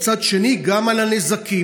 ומצד שני גם על הנזקים.